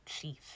chief